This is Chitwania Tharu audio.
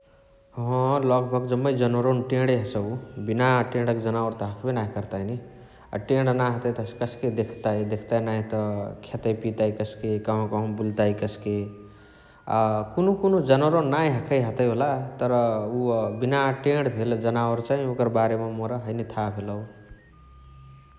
ह लगभाग जम्मे जनावरअनि तेणे हसउ । बिना तेणका जनावर त हखबे नाही कर्ताइ नि । अ तेण नाही हतइ त कस्के देखताइ । अ देखताइ नाही त खेतइ पिताइ कस्के । कहवा कहवा बुल्ताइ कस्के । अ कुनुहु कुनुहु जनावरअनि नाही हखइ हतइ होला । तर उअ बिना तेण भेल जनावर चाएए ओकरा बारेमा मोर हैने थाह भेलउ ।